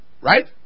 right